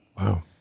wow